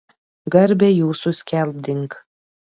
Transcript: garbę jūsų skelbdink